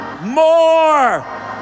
more